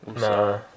Nah